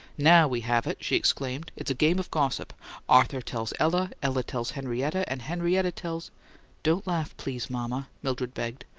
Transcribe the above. now we have it! she exclaimed. it's a game of gossip arthur tells ella, ella tells henrietta, and henrietta tells don't laugh, please, mama, mildred begged.